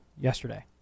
yesterday